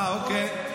אה, אוקיי.